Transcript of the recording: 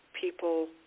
people